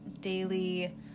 daily